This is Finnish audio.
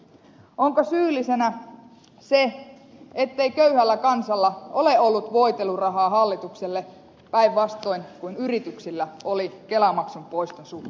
onko syyllisenä se ettei köyhällä kansalla ole ollut voitelurahaa hallitukselle päinvastoin kuin yrityksillä oli kelamaksun poiston suhteen